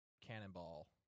cannonball